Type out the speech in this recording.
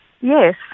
yes